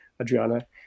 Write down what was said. Adriana